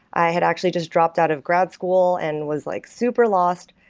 i had actually just dropped out of grad school and was like super lost.